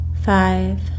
Five